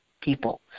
people